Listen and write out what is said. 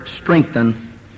strengthen